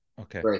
Okay